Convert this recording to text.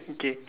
okay